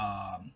um